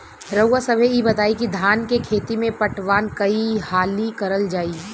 रउवा सभे इ बताईं की धान के खेती में पटवान कई हाली करल जाई?